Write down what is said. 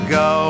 go